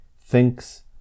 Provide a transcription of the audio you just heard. thinks